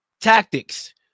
tactics